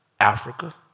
Africa